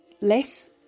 less